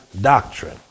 doctrine